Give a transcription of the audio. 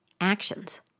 actions